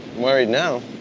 worried now.